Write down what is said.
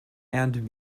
and